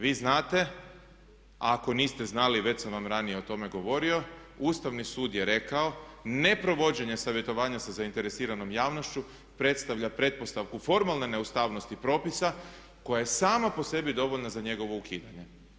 Vi znate ako niste znali, već sam vam ranije o tome govorio, Ustavni sud je rekao ne provođenje savjetovanja sa zainteresiranom javnošću predstavlja pretpostavku formalne neustavnosti propisa koja je sama po sebi dovoljna za njegovo ukidanje.